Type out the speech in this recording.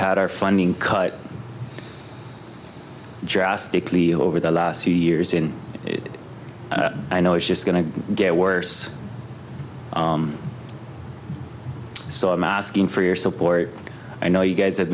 had our funding cut drastically over the last few years in i know it's just going to get worse so i'm asking for your support i know you guys have